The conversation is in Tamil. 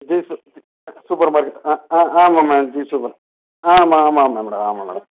ஜீ சூ சூப்பர் மார்க்கெட்டு ஆ ஆ ஆமாம் மேம் ஜீ சூப்பர் ஆமாம் ஆமாம் ஆமாம் மேடம் ஆமாம் மேடம்